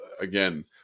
again